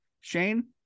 Shane